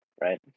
right